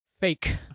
fake